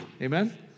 Amen